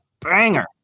banger